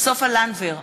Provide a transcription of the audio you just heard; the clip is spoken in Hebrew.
סופה לנדבר,